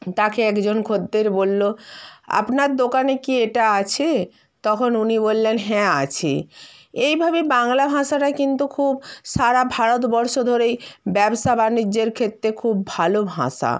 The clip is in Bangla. তাকে একজন খদ্দের বললো আপনার দোকানে কি এটা আছে তখন উনি বললেন হ্যাঁ আছে এইভাবে বাংলা ভাষাটা কিন্তু খুব সারা ভারতবর্ষ ধরেই ব্যবসা বাণিজ্যের ক্ষেত্রে খুব ভালো ভাষা